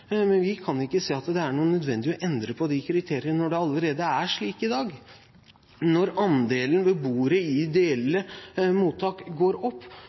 men vi kan ikke se at det er nødvendig å endre på kriteriene når det allerede er slik i dag. Når andelen beboere i ideelle mottak går opp,